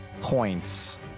Points